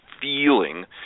feeling